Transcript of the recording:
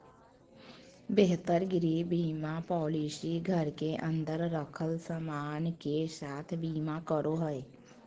बेहतर गृह बीमा पॉलिसी घर के अंदर रखल सामान के साथ बीमा करो हय